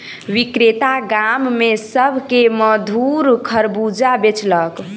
विक्रेता गाम में सभ के मधुर खरबूजा बेचलक